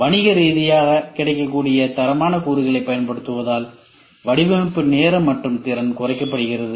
வணிக ரீதியாக கிடைக்கக்கூடிய தரமான கூறுகளைப் பயன்படுத்துவதால் வடிவமைப்பு நேரம் மற்றும் திறன் குறைக்கப்படுகிறது